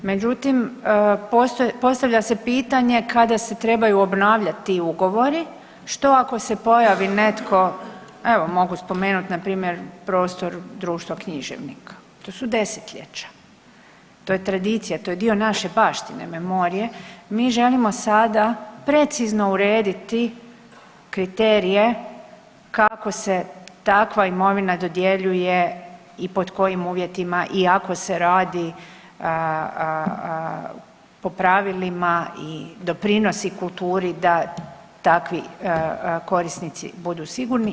Međutim, postavlja se pitanje kada se trebaju obnavljati ti ugovori što ako se pojavi netko, evo mogu spomenuti npr. prostor društva književnika, to su desetljeća, to je tradicija, to je dio naše baštine, memorije, mi želimo sada precizno urediti kriterije kako se takva imovina dodjeljuje i pod kojim uvjetima i ako se radi po pravilima i doprinosi kulturi da takvi korisnici budu sigurni.